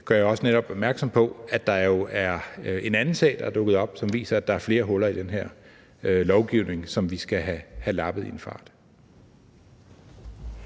gør jeg netop også opmærksom på, at der jo er en anden sag, der er dukket op, som viser, at der er flere huller i den her lovgivning, som vi skal have lappet i en fart.